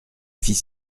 fit